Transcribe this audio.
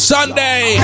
Sunday